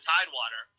Tidewater